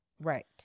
right